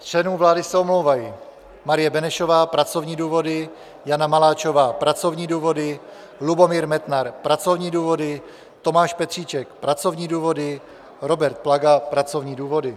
Z členů vlády se omlouvají: Marie Benešová pracovní důvody, Jana Maláčová pracovní důvody, Lubomír Metnar pracovní důvody, Tomáš Petříček pracovní důvody, Robert Plaga pracovní důvody.